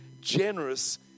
generous